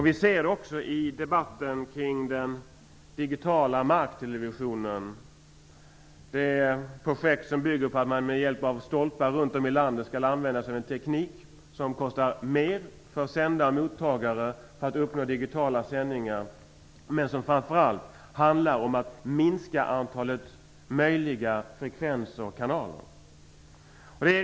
Vi ser det också i debatten kring den digitala marktelevisionen, det projekt som bygger på att man med hjälp av stolpar runt om i landet skall använda sig av en teknik för att uppnå digitala sändningar som kostar mer för sändare och mottagare men som framför allt handlar om att minska antalet möjliga frekvenser och kanaler.